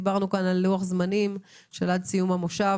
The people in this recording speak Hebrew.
דיברנו כאן על לוח-זמנים עד סיום המושב.